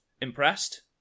impressed